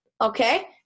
Okay